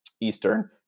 Eastern